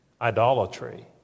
idolatry